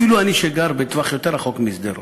אפילו אני, שגר יותר רחוק משדרות,